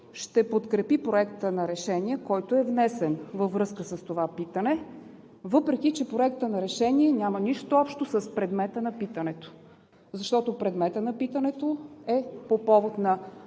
ще подкрепи Проекта на решение, който е внесен във връзка с това питане, въпреки че Проектът на решение няма нищо общо с предмета на питането. Защото предметът на питането е по повод на